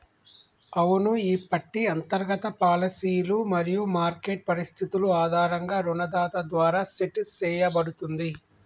అవును ఈ పట్టి అంతర్గత పాలసీలు మరియు మార్కెట్ పరిస్థితులు ఆధారంగా రుణదాత ద్వారా సెట్ సేయబడుతుంది